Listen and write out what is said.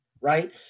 right